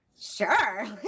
sure